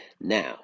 Now